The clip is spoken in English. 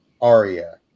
Aria